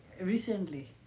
recently